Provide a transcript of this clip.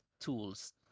tools